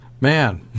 Man